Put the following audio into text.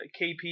KP